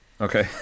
Okay